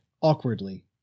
awkwardly